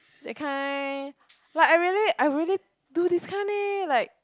that kind like I really I really do this kind eh like